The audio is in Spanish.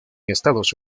estados